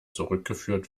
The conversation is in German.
zurückgeführt